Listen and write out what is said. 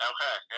Okay